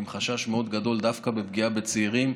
עם חשש מאוד גדול דווקא של פגיעה בצעירים,